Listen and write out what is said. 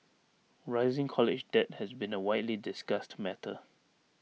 rising college debt has been A widely discussed matter